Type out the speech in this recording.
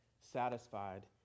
satisfied